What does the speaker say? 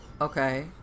Okay